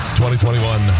2021